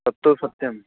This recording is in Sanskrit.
तत्तु सत्यं